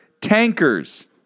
Tankers